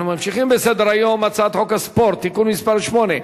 אנחנו ממשיכים בסדר-היום: הצעת חוק הספורט (תיקון מס' 8),